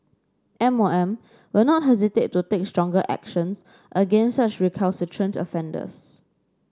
M O M will not hesitate to take stronger actions against such recalcitrant offenders